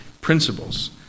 principles